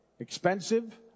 Expensive